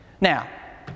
Now